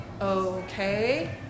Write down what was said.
Okay